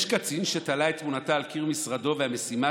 יש קצין שתלה את תמונתה על קיר משרדו והמשימה